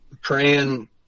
praying